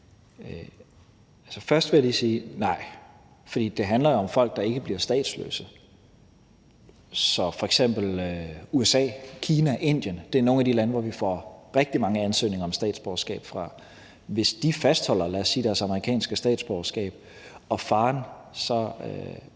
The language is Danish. Først vil jeg lige sige: Nej, for det handler jo om folk, der ikke bliver statsløse. USA, Kina og Indien er f.eks. nogle af de lande, som vi får rigtig mange ansøgninger om statsborgerskab fra. Hvis de fastholder, lad os sige deres amerikanske statsborgerskab, og hvis